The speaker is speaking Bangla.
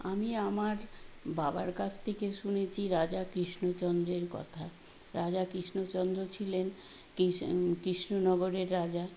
আমি আমার বাবার কাছ থেকে শুনেছি রাজা কৃষ্ণচন্দ্রের কথা রাজা কৃষ্ণচন্দ্র ছিলেন কৃষ্ণনগরের রাজা